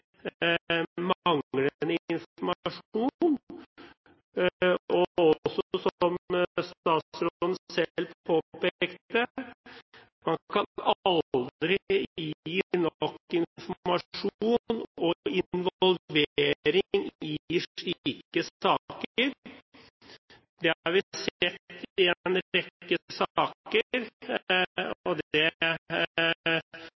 informasjon. Og som statsråden også selv påpekte, man kan aldri gi nok informasjon og få nok involvering i slike saker. Det har vi sett i en rekke saker,